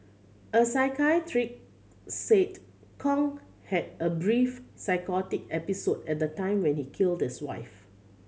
a said Kong had a brief psychotic episode at the time when he killed his wife